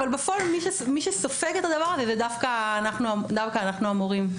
אבל בפועל מי שסופג את הדבר הזה זה דווקא אנחנו המורים.